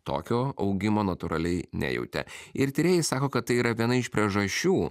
tokio augimo natūraliai nejautė ir tyrėjai sako kad tai yra viena iš priežasčių